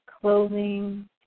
Clothing